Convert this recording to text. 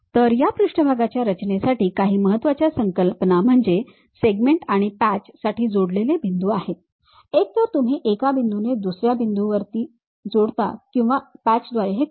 तर या पृष्ठभागाच्या रचनेसाठी काही महत्त्वाच्या संकल्पना म्हणजे सेगमेंट आणि पॅच साठी जोडलेले बिंदू आहेत एकतर तुम्ही एका बिंदूने दुसऱ्या बिंदूवर जोडता किंवा पॅचद्वारे हे करता